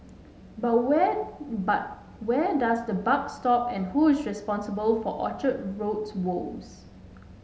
but where but where does the buck stop and who is responsible for Orchard Road's woes